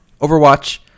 Overwatch